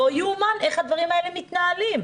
לא יאומן איך הדברים האלה מתנהלים.